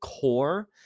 core